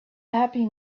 happy